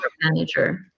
manager